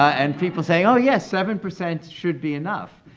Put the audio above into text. and people saying, oh yes, seven percent should be enough.